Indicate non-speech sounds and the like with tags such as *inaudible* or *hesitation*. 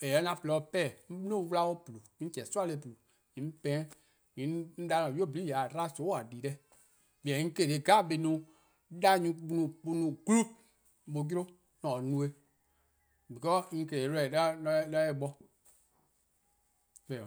:eh 'ye-a :porluh-a dih pehn-dih, 'on 'duo: 'wla :plu, 'on chehn sehtih' :plu :yee' 'on pa-eh 'weh, 'on 'da 'an-a' 'nynuu: :nyne, :yee' :a 'dba :soon' :a di-deh. Jorwor: 'on se 'jeh 'da nyor+ on *hesitation* no grup on 'yle 'on se-eh no. because 'on se-' ready 'do *hesitation* eh bo. Eh 'o!